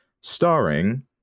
starring